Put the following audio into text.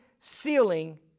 ceiling